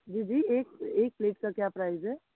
जी जी एक एक प्लेट का क्या प्राइज़ है